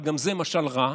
אבל גם זה משל רע.